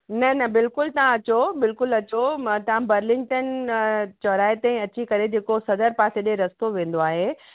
न न बिल्कुलु तव्हां अचो बिल्कुलु अचो मां तव्हां बर्लिनटनि चौराए ते अची करे जेको सदर पासे ॾे रस्तो वेंदो आहे